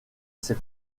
ses